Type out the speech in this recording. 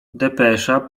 depesza